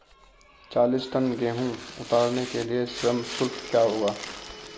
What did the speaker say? चालीस टन गेहूँ उतारने के लिए श्रम शुल्क क्या होगा?